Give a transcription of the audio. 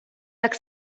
так